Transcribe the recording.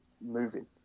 moving